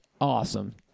awesome